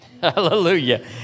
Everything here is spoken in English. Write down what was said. Hallelujah